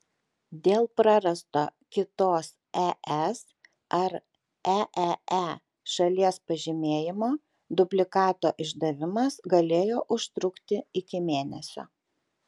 dėl prarasto kitos es ar eee šalies pažymėjimo dublikato išdavimas galėjo užtrukti iki mėnesio